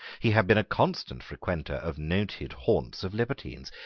he had been a constant frequenter of noted haunts of libertines.